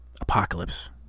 apocalypse